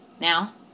Now